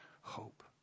hope